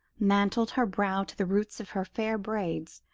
mantled her brow to the roots of her fair braids,